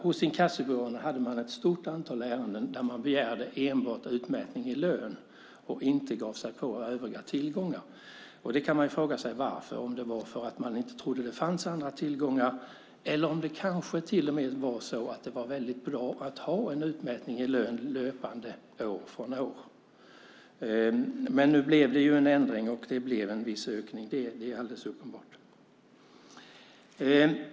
Hos inkassobyråerna hade man ett stort antal ärenden där man begärde enbart utmätning i lön och inte gav sig på övriga tillgångar. Man kan fråga sig varför. Var det för att man inte trodde att det fanns andra tillgångar, eller det kanske till och med var väldigt bra att ha en utmätning i lön löpande år från år? Det blev en ändring, och det blev en viss ökning, det är alldeles uppenbart.